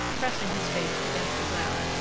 pressing his face against the ground,